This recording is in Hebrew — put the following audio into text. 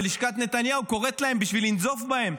ולשכת נתניהו קוראת להם בשביל לנזוף בהם,